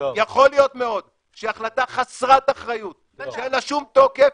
יכול להיות שכמה בעלי בריכות וחדרי כושר ימחאו לך כפים.